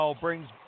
brings